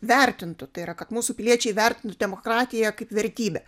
vertintų tai yra kad mūsų piliečiai vertintų demokratiją kaip vertybę